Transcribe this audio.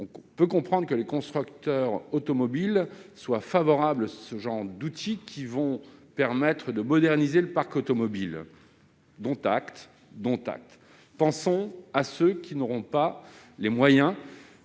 On peut comprendre que les constructeurs automobiles soient favorables aux ZFE, car elles vont permettre de moderniser le parc automobile- dont acte -, mais pensons à ceux qui n'auront pas les moyens